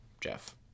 Jeff